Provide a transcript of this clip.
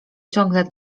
ciągle